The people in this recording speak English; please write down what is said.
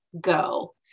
go